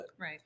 Right